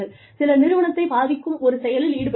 சிலர் நிறுவனத்தைப் பாதிக்கும் ஒரு செயலில் ஈடுபடுகிறார்கள்